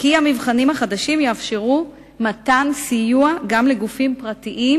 שהמבחנים החדשים יאפשרו מתן סיוע גם לגופים פרטיים